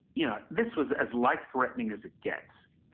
you know this was as life threatening as it gets,